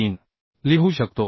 03 लिहू शकतो